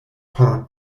por